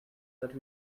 that